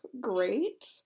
great